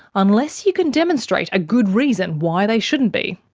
unless you can demonstrate a good reason why they shouldn't be.